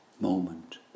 moment